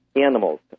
animals